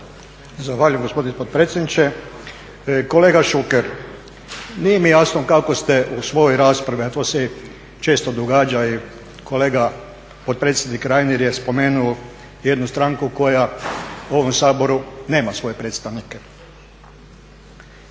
Zahvaljujem gospodine potpredsjedniče. Kolega Šuker nije mi jasno kako ste u svojoj raspravi, a to se često događa i kolega potpredsjednik Reiner je spomenuo jednu stranku koja u ovom Saboru nema svoje predstavnike.